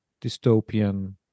dystopian